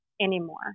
anymore